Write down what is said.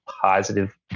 positive